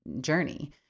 journey